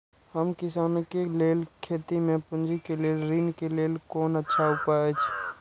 हम किसानके लेल खेती में पुंजी के लेल ऋण के लेल कोन अच्छा उपाय अछि?